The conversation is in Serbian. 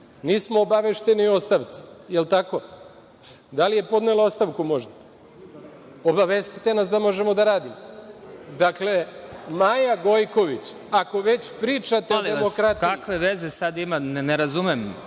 Nismo obavešteni o ostavci. Je li tako? Da li je podnela ostavku možda? Obavestite nas da možemo da radimo. Dakle, Maja Gojković, ako već pričate… **Vladimir Marinković** Molim vas, kakve veze sad ima, ne razumem?